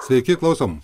sveiki klausom